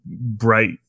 bright